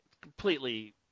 completely